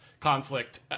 conflict